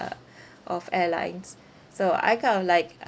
of airlines so I kind of like um